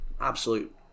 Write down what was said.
absolute